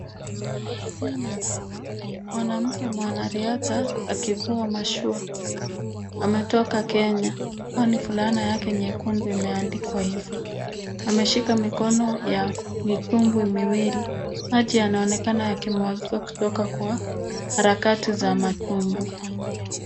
Mwanamke mwanariadha akivua mashua ametoka Kenya, kwani fulana yake nyekundu imeandikwa hivyo, ameshika mikono ya mitumbwi miwili, maji yanaonekana yakimwagika kutoka kwa harakati za matumbwi.